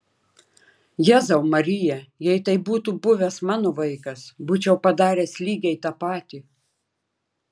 jėzau marija jei tai būtų buvęs mano vaikas būčiau padaręs lygiai tą patį